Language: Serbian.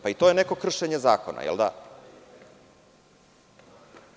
Pa, i to je neko kršenje zakona, zar ne?